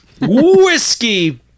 Whiskey-